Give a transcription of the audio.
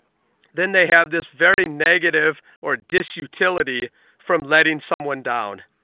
then they have this very negative or disutility from letting someone down.